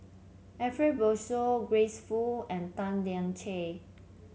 Ariff Bongso Grace Fu and Tan Lian Chye